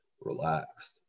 relaxed